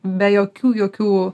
be jokių jokių